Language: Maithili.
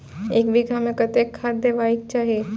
एक बिघा में कतेक खाघ देबाक चाही?